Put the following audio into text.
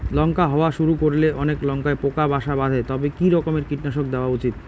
লঙ্কা হওয়া শুরু করলে অনেক লঙ্কায় পোকা বাসা বাঁধে তবে কি রকমের কীটনাশক দেওয়া উচিৎ?